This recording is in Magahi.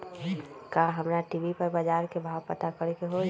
का हमरा टी.वी पर बजार के भाव पता करे के होई?